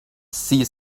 see